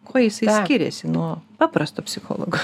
kuo jisai skiriasi nuo paprasto psichologo